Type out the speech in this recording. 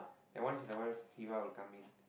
and once in a while siva will come in